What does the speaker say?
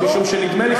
משום שנדמה לי,